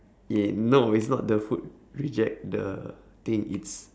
yeah no it's not the food reject the thing it's